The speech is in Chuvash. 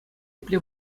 епле